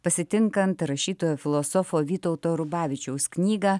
pasitinkant rašytojo filosofo vytauto rubavičiaus knygą